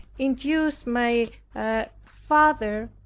induced my father,